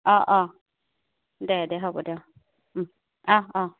অঁ অঁ দে দে হ'ব দে অঁ অঁ